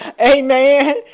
Amen